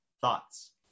thoughts